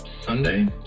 Sunday